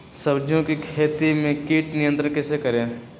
सब्जियों की खेती में कीट नियंत्रण कैसे करें?